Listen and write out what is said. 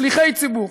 לשליחי ציבור,